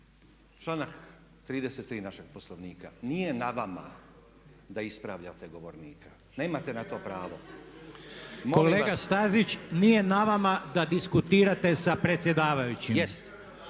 članak 33. našeg poslovnika, nije na vama da ispravljate govornika. Nemate na to pravo. …/Upadica predsjednik: Kolega Stazić nije na vama da diskutirate sa predsjedavajućim./…